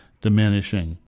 diminishing